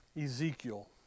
Ezekiel